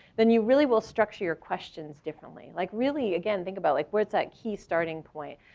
then you really will structure your questions differently. like really again, think about like where's that key starting point,